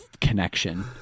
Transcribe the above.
connection